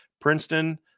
princeton